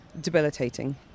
debilitating